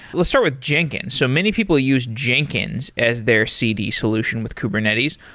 let's start with jenkins. so many people use jenkins as their cd solution with kubernetes.